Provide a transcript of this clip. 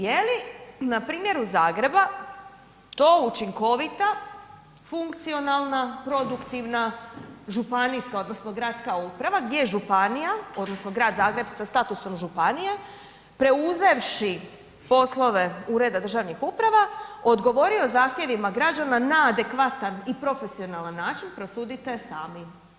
Je li na primjeru Zagreba to učinkovita, funkcionalna, produktivna, županijska odnosno gradska uprava gdje je županija odnosno Grad Zagreb sa statusom županije preuzevši poslove ureda državnih uprava odgovorio zahtjevima građana na adekvatan i profesionalan način prosudite sami.